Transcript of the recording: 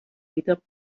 wieder